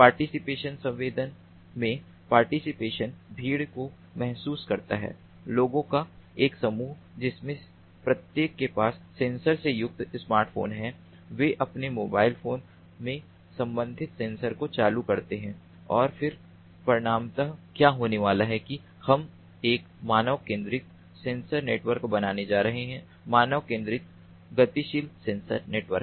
participatory संवेदन में participatory भीड़ को महसूस करता है लोगों का एक समूह जिनमें प्रत्येक के पास सेंसर से युक्त स्मार्टफोन है वे अपने मोबाइल फोन में संबंधित सेंसर को चालू करते हैं और फिर परिणामतः क्या होने वाला है कि हम एक मानव केंद्रित सेंसर नेटवर्क बनाने जा रहे हैं मानव केंद्रित गतिशील सेंसर नेटवर्क